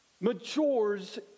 matures